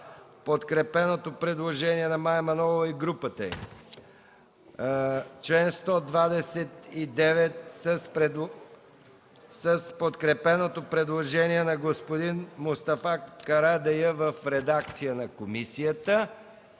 подкрепеното предложение на Мая Манолова и групата им, член 129 с подкрепеното предложение на господин Мустафа Карадайъ в редакция на комисията,